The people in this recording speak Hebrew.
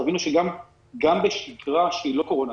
תבינו שגם בשגרה שהיא לא קורונה,